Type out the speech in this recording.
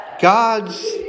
God's